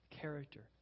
character